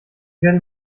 werde